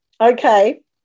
Okay